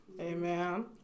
Amen